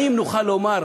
האם נוכל לומר,